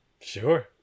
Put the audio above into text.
Sure